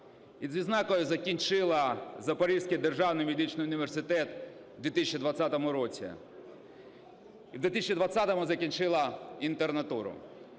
Із відзнакою закінчила Запорізький державний медичний університет у 2020 році, у 2020-му закінчила інтернатуру.